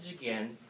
again